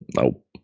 Nope